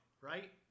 right